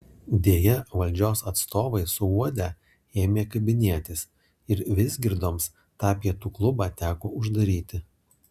deja valdžios atstovai suuodę ėmė kabinėtis ir vizgirdoms tą pietų klubą teko uždaryti